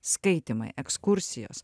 skaitymai ekskursijos